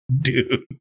Dude